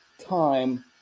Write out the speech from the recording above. time